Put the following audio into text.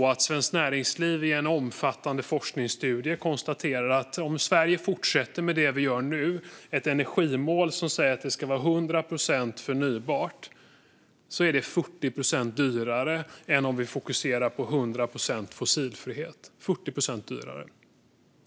Svenskt Näringsliv konstaterar i en omfattande forskningsstudie att om vi i Sverige fortsätter som vi gör nu och har ett energimål som säger att det ska vara hundra procent förnybart blir det 40 procent dyrare än om vi fokuserar på hundra procent fossilfrihet.